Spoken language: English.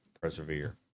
persevere